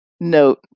note